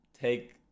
take